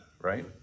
right